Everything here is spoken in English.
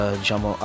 diciamo